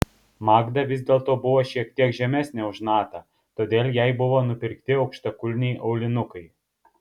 magda vis dėlto buvo šiek tiek žemesnė už natą todėl jai buvo nupirkti aukštakulniai aulinukai